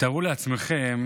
תארו לעצמכם